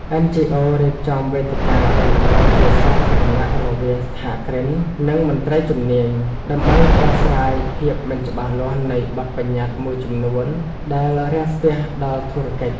NGOs រៀបចំវេទិកាដេញដោលជាសាធារណៈរវាងសហគ្រិន និងមន្ត្រីជំនាញ ដើម្បីដោះស្រាយភាពមិនច្បាស់លាស់នៃបទប្បញ្ញត្តិមួយចំនួនដែលរាំងស្ទះដល់ធុរកិច្ច។